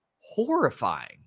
horrifying